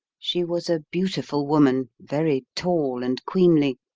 she was a beautiful woman, very tall and queenly.